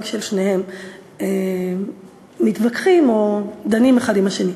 ששניהם מתווכחים או דנים אחד עם השני.